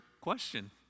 question